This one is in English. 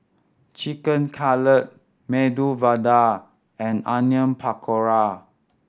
Chicken Cutlet Medu Vada and Onion Pakora